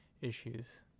issues